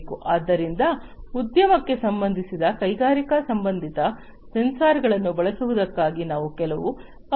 ಆದ್ದರಿಂದ ಉದ್ಯಮಕ್ಕೆ ಸಂಬಂಧಿಸಿದ ಕೈಗಾರಿಕಾ ಸಂಬಂಧಿತ ಸೆನ್ಸಾರ್ಗಳನ್ನು ಬಳಸುವುದಕ್ಕಾಗಿ ಇವು ಕೆಲವು ಅವಶ್ಯಕತೆಗಳಾಗಿವೆ